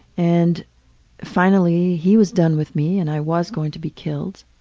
and finally he was done with me and i was going to be killed.